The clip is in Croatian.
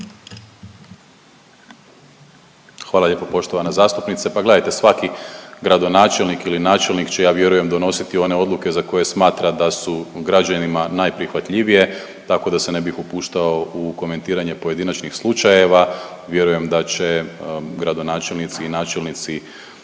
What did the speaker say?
Hvala lijepo poštovana zastupnice. Pa gledajte svaki gradonačelnik ili načelnik će ja vjerujem donositi one odluke za koje smatra da su građanima najprihvatljivije tako da se ne bih upuštao u komentiranje pojedinačnih slučajeva. Vjerujem da će gradonačelnici i načelnici